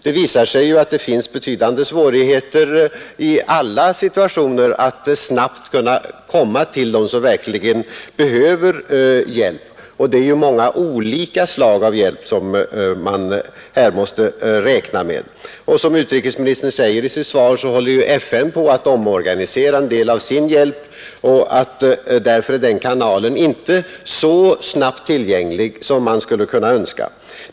Det har visat sig att det i alla situationer finns betydande svårigheter att snabbt nå dem som verkligen behöver hjälp, och det är många olika slag av hjälp som man här måste räkna med. Som utrikesministern säger i sitt svar håller FN på att omorganisera en del av sin hjälp, och därför är den kanalen inte så snabbt tillgänglig som man skulle önska.